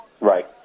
Right